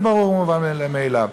זה ברור ומובן מאליו.